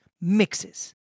mixes